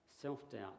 self-doubt